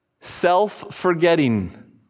self-forgetting